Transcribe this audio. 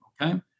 okay